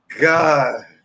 god